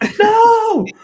No